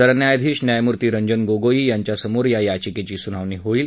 सरन्यायाधीश न्यायमूर्ती रंजन गोगोई यांच्यासमोर या याचिकेची सुनावणी होणार आहे